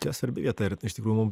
čia svarbi vieta ir iš tikrųjų mum